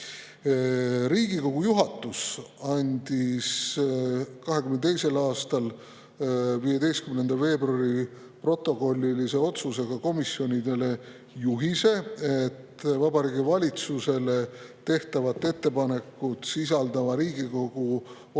Riigikogu juhatus andis 2022. aasta 15. veebruari protokollilise otsusega komisjonidele juhise, et Vabariigi Valitsusele tehtavat ettepanekut sisaldava Riigikogu